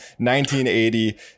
1980